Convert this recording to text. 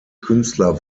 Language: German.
künstler